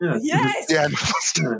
Yes